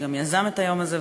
שגם יזם את היום הזה,